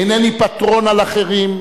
אינני פטרון על אחרים,